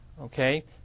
Okay